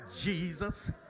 Jesus